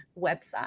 website